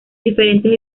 diferentes